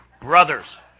brothers